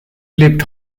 lebt